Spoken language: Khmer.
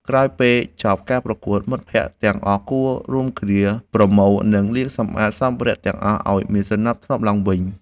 ក្រោយពេលចប់ការប្រកួត មិត្តភក្តិទាំងអស់គួររួមគ្នាប្រមូល និងលាងសម្អាតសម្ភារៈទាំងអស់ឱ្យមានសណ្ដាប់ធ្នាប់ឡើងវិញ។